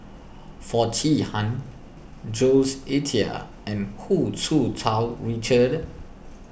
Foo Chee Han Jules Itier and Hu Tsu Tau Richard